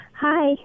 Hi